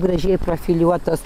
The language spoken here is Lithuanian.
gražiai profiliuotas